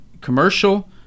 commercial